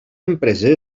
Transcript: empreses